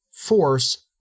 force